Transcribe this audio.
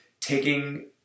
taking